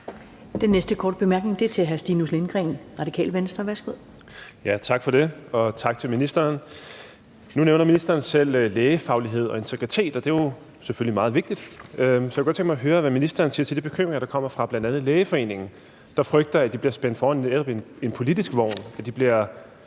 Den næste korte bemærkning er fra hr. Stinus Lindgreen, Radikale Venstre. Værsgo. Kl. 12:11 Stinus Lindgreen (RV): Tak for det, og tak til ministeren. Nu nævner ministeren selv lægefaglighed og integritet, og det er jo selvfølgelig meget vigtigt. Så jeg kunne godt tænke mig at høre, hvad ministeren siger til de bekymringer, der kommer fra bl.a. Lægeforeningen, der frygter, at de bliver spændt for en politisk vogn, altså at de